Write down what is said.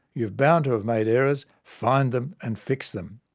you're bound to have made errors. find them and fix them!